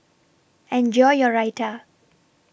Enjoy your Raita